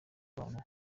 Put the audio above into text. abantu